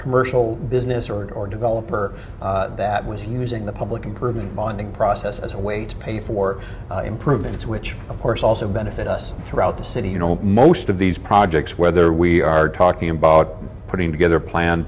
commercial business or it or developer that was using the public improvement bonding process as a way to pay for improvements which of course also benefit us throughout the city you know most of these projects whether we are talking about putting together a plan